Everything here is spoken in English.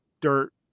dirt